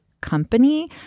company